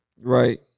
Right